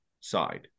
side